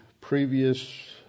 previous